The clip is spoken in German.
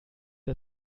der